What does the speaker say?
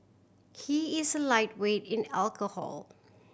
he is a lightweight in alcohol